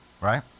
right